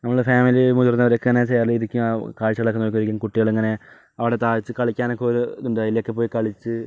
നമ്മള് ഫാമിലി മുതിർന്നവരൊക്കെന്ന് ചെയറിലിരിക്കുക കാഴ്ചകളൊക്കെ നോക്കിയിരിക്കാം കുട്ടികളിങ്ങനെ അവിടെ താഴത്ത് കളിക്കാനൊക്കെ ഒര് ഇതോണ്ട് അതിലേക്കെ പോയി കളിച്ച്